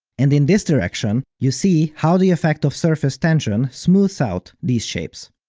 and in this direction, you see how the effect of surface tension smooths out these shapes.